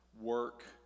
work